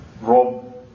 Rob